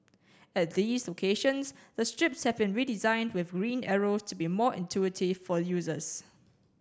at these locations the strips have been redesigned with green arrows to be more intuitive for users